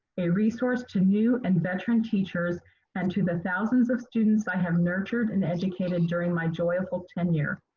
a resource to new and veteran teachers and to the thousands of students i have nurtured and educated during my enjoyable tenure.